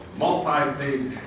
multi-page